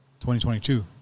2022